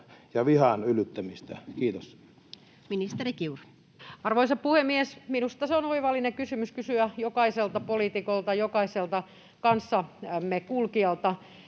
No niin, olkaa hyvä. Ministeri Kiuru. Arvoisa puhemies! Minusta on oivallinen kysymys kysyä jokaiselta poliitikolta, jokaiselta kanssamme kulkijalta,